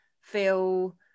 feel